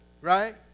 right